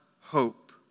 hope